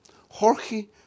Jorge